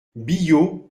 billaud